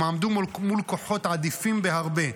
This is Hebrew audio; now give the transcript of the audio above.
הם עמדו מול כוחות עדיפים בהרבה,